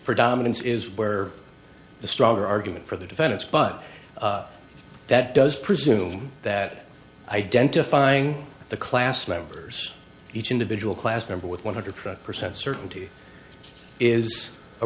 predominance is where the stronger argument for the defendants but that does presume that identifying the class members each individual class member with one hundred percent certainty is a